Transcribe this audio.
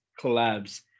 collabs